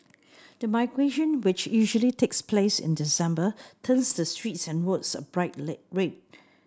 the migration which usually takes place in December turns the streets and roads a bright red